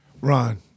Ron